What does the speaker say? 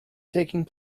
taking